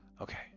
Okay